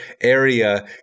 area